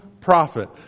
prophet